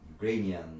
Ukrainian